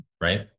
right